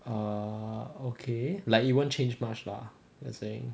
err okay like it won't change much lah you are saying